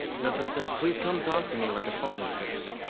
nothing says, please come talk to me, like a phone in the face.